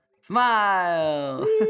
smile